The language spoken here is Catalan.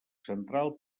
central